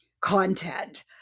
content